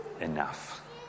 enough